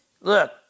Look